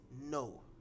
no